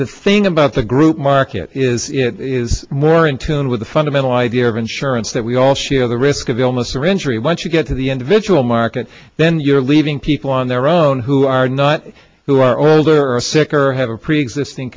the thing about the group market is is more in tune with the fundamental idea of insurance that we all share the risk of illness or injury once you get to the individual market then you're leaving people on their own who are not who are older or sick or have a preexisting